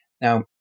Now